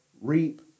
reap